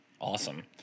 Awesome